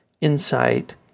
insight